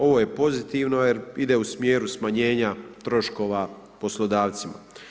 Ovo je pozitivno jer ide u smjeru smanjenja troškova poslodavcima.